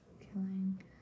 killing